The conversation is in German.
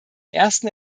ersten